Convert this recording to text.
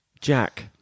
Jack